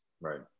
Right